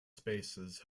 spaces